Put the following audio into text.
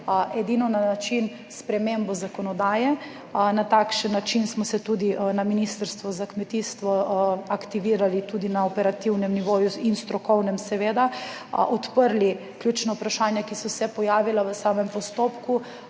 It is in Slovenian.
edino s spremembo zakonodaje. Na takšen način smo se na Ministrstvu za kmetijstvo aktivirali tudi na operativnem in strokovnem nivoju, odprli ključna vprašanja, ki so se pojavila v samem postopku